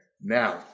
now